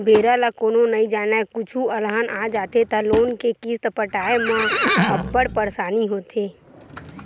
बेरा ल कोनो नइ जानय, कुछु अलहन आ जाथे त लोन के किस्त पटाए म अब्बड़ परसानी होथे